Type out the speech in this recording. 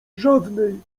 żadnej